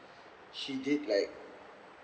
she did like